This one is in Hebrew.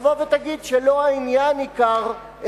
תבוא ותגיד שלא העניין עיקר,